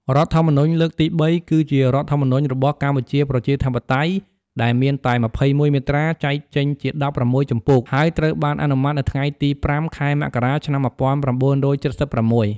រដ្ឋធម្មនុញ្ញលើកទី៣ គឺជារដ្ឋធម្មនុញ្ញរបស់កម្ពុជាប្រជាធិបតេយ្យដែលមានតែ ២១មាត្រា ចែកចេញជា ១៦ជំពូក ហើយត្រូវបានអនុម័តនៅថ្ងៃទី៥ ខែមករា ឆ្នាំ១៩៧៦។